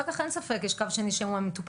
אחר כך אין ספק שיש קו שני שהוא המטופלים,